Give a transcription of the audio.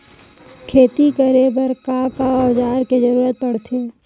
खेती करे बर का का औज़ार के जरूरत पढ़थे?